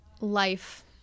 life